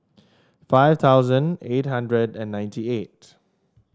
five thousand eight hundred and ninety eight